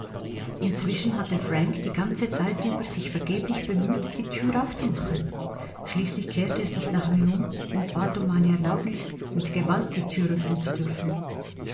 inzwischen hatte frank die ganze zeit über sich vergeblich bemüht die tür aufzumachen schließlich kehrte er sich nach mir um und bat um meine erlaubnis mit gewalt die tür öffnen zu dürfen